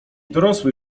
dorosły